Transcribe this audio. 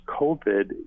covid